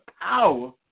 power